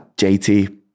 JT